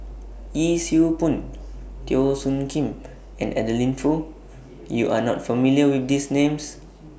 Yee Siew Pun Teo Soon Kim and Adeline Foo YOU Are not familiar with These Names